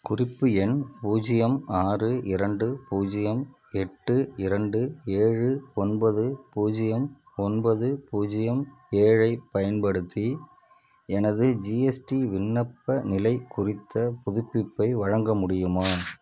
குறிப்பு எண் பூஜ்ஜியம் ஆறு இரண்டு பூஜ்ஜியம் எட்டு இரண்டு ஏழு ஒன்பது பூஜ்ஜியம் ஒன்பது பூஜ்ஜியம் ஏழைப் பயன்படுத்தி எனது ஜிஎஸ்டி விண்ணப்ப நிலைக் குறித்த புதுப்பிப்பை வழங்க முடியுமா